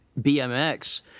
BMX